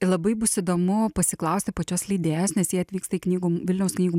labai bus įdomu pasiklausti pačios leidėjos nes jie atvyksta į knygų m vilniaus knygų